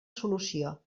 solució